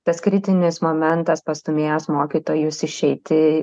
tas kritinis momentas pastūmėjęs mokytojus išeiti